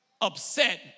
upset